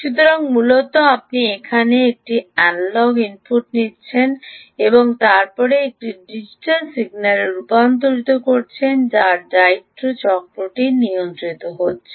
সুতরাং মূলত আপনি এখানে একটি অ্যানালগ ইনপুট নিচ্ছেন এবং তারপরে এটিকে ডিজিটাল সিগন্যালে রূপান্তর করছেন যার দায়িত্ব চক্রটি নিয়ন্ত্রিত হচ্ছে